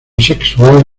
sexual